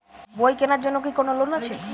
বই কেনার জন্য কি কোন লোন আছে?